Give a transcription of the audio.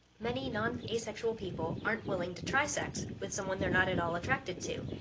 many non-asexual people aren't willing to try sex with someone they're not at all attracted to.